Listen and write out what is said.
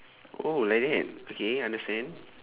oh like that okay understand